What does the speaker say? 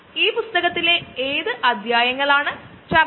ഒരുപക്ഷേ നമുക്ക് ഒരുപാട് ദ്രാവക ഇന്ധനങ്ങൾ വേണ്ടിവരും